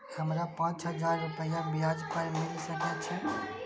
हमरा पाँच हजार रुपया ब्याज पर मिल सके छे?